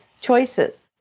choices